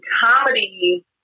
comedy